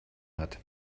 hat